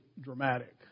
dramatic